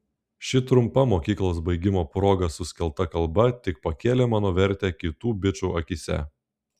ši trumpa mokyklos baigimo proga suskelta kalba tik pakėlė mano vertę kitų bičų akyse